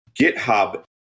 GitHub